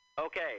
Okay